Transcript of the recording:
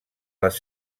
les